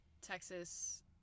Texas